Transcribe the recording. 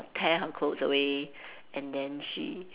tear her clothes and then she